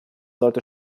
sollte